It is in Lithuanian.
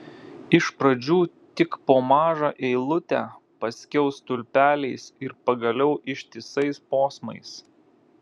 iš pradžių tik po mažą eilutę paskiau stulpeliais ir pagaliau ištisais posmais